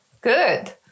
good